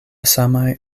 samaj